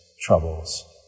troubles